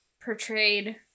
portrayed